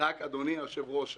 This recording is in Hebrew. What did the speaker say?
אדוני היושב-ראש,